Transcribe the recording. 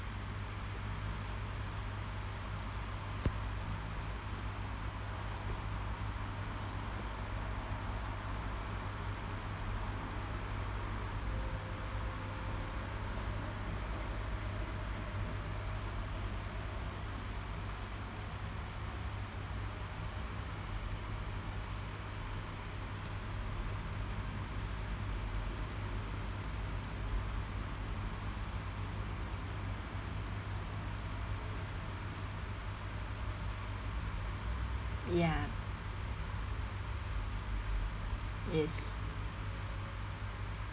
ya yes